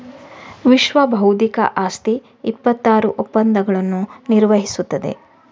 ವಿಶ್ವಬೌದ್ಧಿಕ ಆಸ್ತಿ ಇಪ್ಪತ್ತಾರು ಒಪ್ಪಂದಗಳನ್ನು ನಿರ್ವಹಿಸುತ್ತದೆ